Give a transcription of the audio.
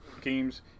games